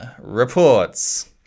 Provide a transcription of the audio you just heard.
reports